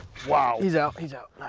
wow. he's out. he's out.